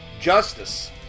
Justice